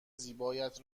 زیبایت